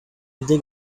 dig